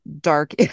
dark